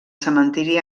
cementiri